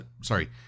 Sorry